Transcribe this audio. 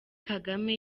kagame